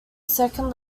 second